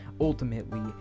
Ultimately